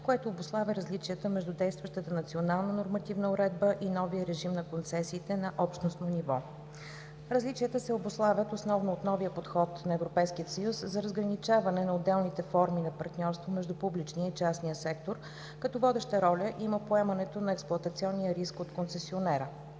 което обуславя различията между действащата национална нормативна уредба и новия режим на концесиите на общностно ниво. Различията се обуславят основно от новия подход на Европейския съюз за разграничаване на отделните форми на партньорство между публичния и частния сектор, като водеща роля има поемането на експлоатационния риск от концесионера.